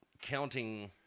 counting